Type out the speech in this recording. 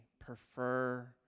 prefer